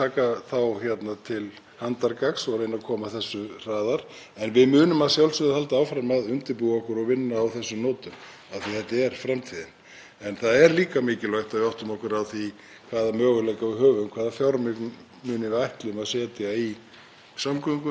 En það er líka mikilvægt að við áttum okkur á því hvaða möguleika við höfum, hvaða fjármuni við ætlum að setja í samgöngur og að við þurfum að forgangsraða þeim fjármunum, hvernig við ætlum að svara því hvað eigi að vera fyrst.